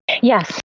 Yes